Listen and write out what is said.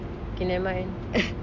okay nevermind